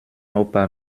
opas